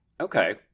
Okay